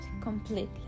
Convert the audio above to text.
completely